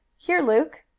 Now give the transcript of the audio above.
here, luke!